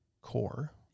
core